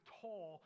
tall